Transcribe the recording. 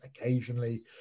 occasionally